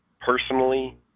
personally